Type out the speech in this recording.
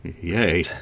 Yay